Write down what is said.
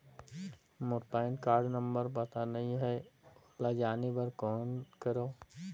मोर PAN card number पता नहीं है, ओला जाने बर कौन करो?